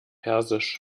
persisch